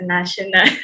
National